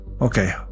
okay